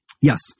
Yes